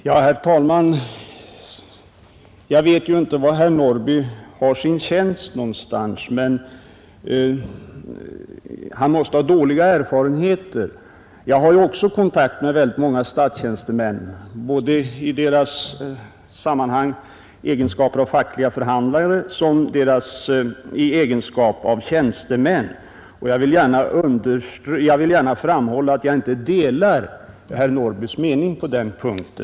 Herr talman! Jag vet inte var herr Norrby har sin tjänst, men han måste ha dåliga erfarenheter. Även jag har kontakt med väldigt många statstjänstemän i deras egenskap av såväl fackliga förhandlare som tjänstemän, och jag vill gärna framhålla att jag inte delar herr Norrbys mening på denna punkt.